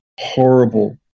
Horrible